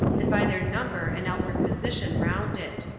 and by their number and outward position round it.